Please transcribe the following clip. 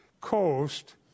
Coast